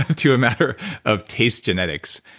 to a matter of taste genetics.